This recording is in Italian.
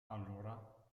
allora